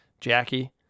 Jackie